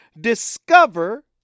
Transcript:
Discover